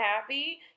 happy